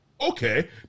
Okay